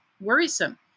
worrisome